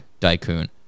Daikun